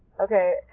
okay